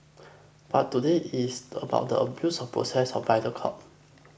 but today it's about the abuse of the process by the court